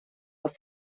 aus